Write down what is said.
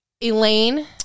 elaine